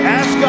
ask